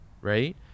right